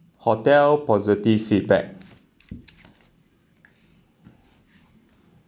hotel positive feedback